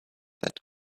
that